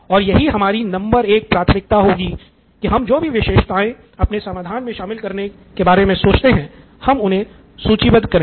और यही हमारी नंबर एक प्राथमिकता होगी की हम जो भी विशेषताएँ अपने समाधान मे शामिल करने के बारे मे सोचते हैं उन्हें सूचीबद्ध करें